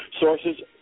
Sources